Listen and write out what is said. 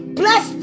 bless